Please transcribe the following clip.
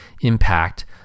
impact